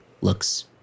looks